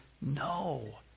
no